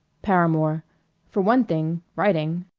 paramore for one thing writing.